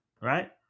right